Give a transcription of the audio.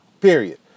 period